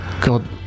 God